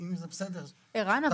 ערן,